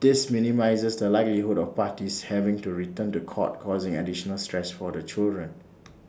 this minimises the likelihood of parties having to return to court causing additional stress for the children